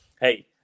Hey